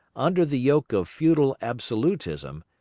under the yoke of feudal absolutism,